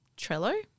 Trello